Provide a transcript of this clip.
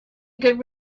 good